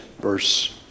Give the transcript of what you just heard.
verse